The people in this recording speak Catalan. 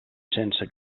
sense